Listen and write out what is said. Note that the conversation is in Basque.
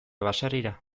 baserrira